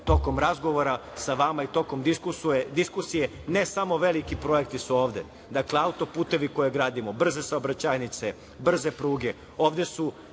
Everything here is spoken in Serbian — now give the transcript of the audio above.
tokom razgovora sa vama i tokom diskusije, ne samo veliki projekti su ovde, auto-putevi koje gradimo, brze saobraćajnice, brze pruge, ovde je